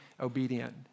obedient